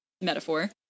metaphor